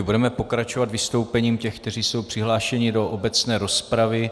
Budeme pokračovat vystoupením těch, kteří jsou přihlášeni do obecné rozpravy.